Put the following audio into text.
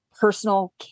personal